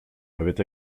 avaient